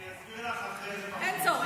אני אסביר לך אחרי זה בחוץ.